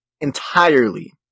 entirely